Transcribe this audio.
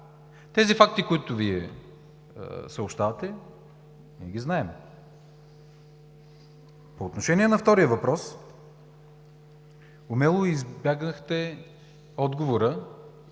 Кога? Фактите, които Вие съобщавате, ние ги знаем. По отношение на втория въпрос, умело избегнахте отговора